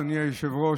אדוני היושב-ראש.